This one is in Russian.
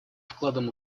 вкладом